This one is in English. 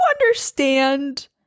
understand